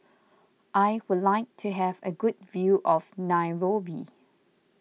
I would like to have a good view of Nairobi